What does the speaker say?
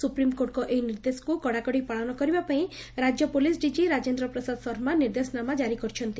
ସୁପ୍ରିମକୋର୍ଟଙ୍କ ଏହି ନିର୍ଦ୍ଦେଶକୁ କଡାକଡି ପାଳନ କରିବା ପାଇଁ ରାଜ୍ୟ ପୁଲିସ ଡିଜି ରାଜନ୍ରେ ପ୍ରସାଦ ଶର୍ମା ନିର୍ଦ୍ଦେଶାନାମା ଜାରି କରିଛନ୍ତି